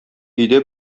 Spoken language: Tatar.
өйдә